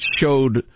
showed